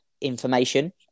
information